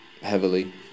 heavily